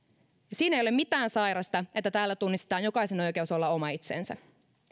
siinä ei ole mitään sairasta että täällä tunnustetaan jokaisen oikeus olla oma itsensä